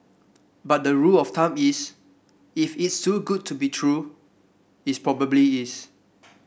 but the rule of thumb is if it's too good to be true it probably is